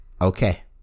okay